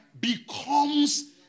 Becomes